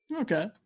Okay